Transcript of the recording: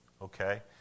Okay